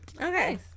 Okay